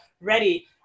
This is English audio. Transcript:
ready